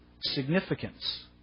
significance